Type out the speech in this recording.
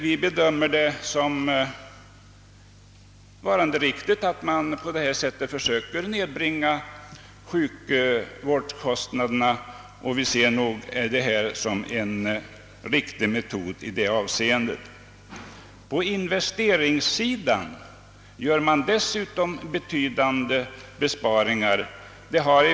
Vi bedömer det sor riktigt att man försöker nedbringa sjukvårdskostnaderna, och vi ser den 1963 införda ordningen som en lämplig me tod härför. Också på investeringssidan gör man betydande besparingar.